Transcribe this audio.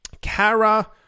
Kara